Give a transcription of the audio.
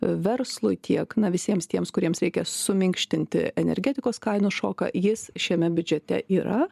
verslui tiek na visiems tiems kuriems reikia suminkštinti energetikos kainų šoką jis šiame biudžete yra